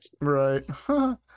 Right